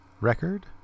record